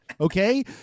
okay